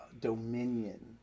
dominion